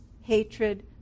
hatred